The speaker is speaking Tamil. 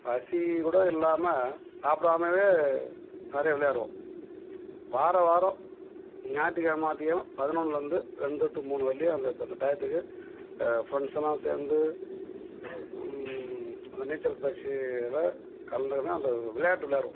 பசி கூட இல்லாமல் சாப்பிடாமவே நிறைய விளையாடுவோம் வாரம் வாரம் ஞாயித்திக்கெழமை ஞாயித்திக்கெழமை பதினொன்றுல இருந்து ரெண்டு டூ மூணு வரலையும் அந்த த அந்த டையத்துக்கு ஃப்ரெண்ட்ஸெலாம் சேர்ந்து அந்த நீச்சல் பயிற்சியில் கலந்துக்கினு அந்த விளையாட்டு விளையாடுவோம்